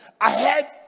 ahead